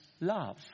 love